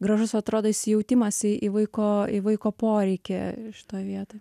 gražus atrodo įsijautimas į į vaiko į vaiko poreikį šitoj vietoj